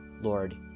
Lord